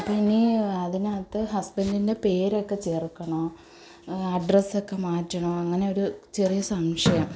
അപ്പം ഇനി അതിനകത്ത് ഹസ്ബൻറ്റിൻ്റെ പേരൊക്കെ ചേർക്കണോ അഡ്രസ്സൊക്കെ മാറ്റണോ അങ്ങനെയൊര് ചെറിയ സംശയം